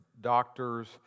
doctors